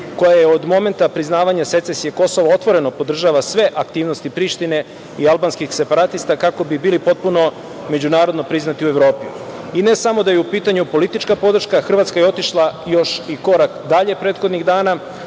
koja je od momenta priznavanja secesije Kosova otvoreno podržava sve aktivnosti Prištine i albanskih separatista kako bi bili potpuno međunarodno priznati u Evropi.I ne samo da je u pitanju politička podrška, Hrvatska je otišla još i korak dalje. Prethodnih dana